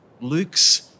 Luke's